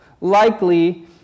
Likely